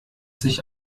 sich